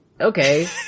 okay